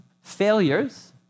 Failures